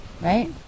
Right